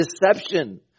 deception